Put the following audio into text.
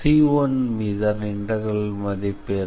C1மீதான இன்டெக்ரலின் மதிப்பு என்ன